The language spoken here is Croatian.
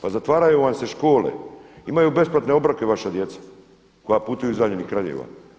Pa zatvaraju vam se škole, imaju besplatne obroke vaša djeca koja putuju iz udaljenih krajeva.